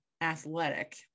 athletic